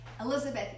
Elizabeth